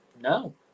no